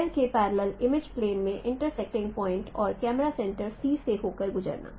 L के parallel image plane में intersecting point और कैमरा सेंटर C से होकर गुजरना